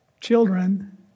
Children